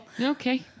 Okay